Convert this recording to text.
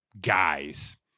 guys